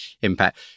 impact